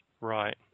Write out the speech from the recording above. Right